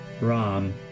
Ron